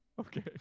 Okay